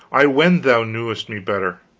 i wend thou knewest me better.